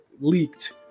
leaked